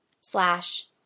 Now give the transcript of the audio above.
Slash